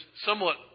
somewhat